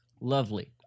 Lovely